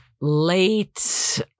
late